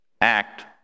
act